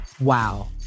wow